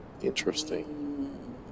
Interesting